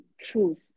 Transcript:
truth